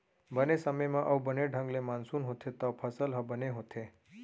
बने समे म अउ बने ढंग ले मानसून होथे तव फसल ह बने होथे